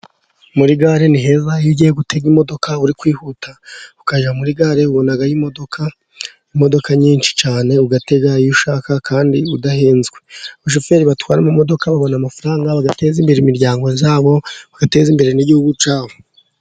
Muri gare ni heza. Iyo ugiye gutega imodoka uri kwihuta ukajya muri gare, ubonayo imodoka, imodoka nyinshi cyane. Ugatega iyo ushaka kandi udahenzwe. Abashoferi batwara imodoka babona amafaranga bagateza imbere imiryango yabo bagateza imbere n'igihugu cyabo.